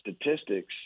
statistics